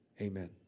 Amen